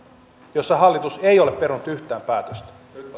jossa hallitus ei ole perunut yhtään päätöstä